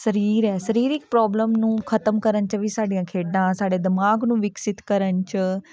ਸਰੀਰ ਹੈ ਸਰੀਰਕ ਪ੍ਰੋਬਲਮ ਨੂੰ ਖਤਮ ਕਰਨ 'ਚ ਵੀ ਸਾਡੀਆਂ ਖੇਡਾਂ ਸਾਡੇ ਦਿਮਾਗ ਨੂੰ ਵਿਕਸਿਤ ਕਰਨ 'ਚ